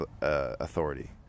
authority